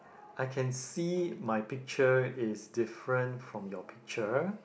I can see my picture is different from your picture